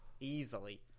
Easily